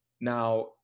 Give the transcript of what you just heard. Now